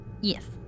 Yes